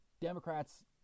Democrats